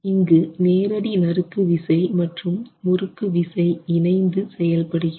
இங்கு நேரடி நறுக்கு விசை மற்றும் முறுக்கு விசை இணைந்து செயல் படுகிறது